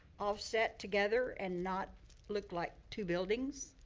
offset together and not look like two buildings,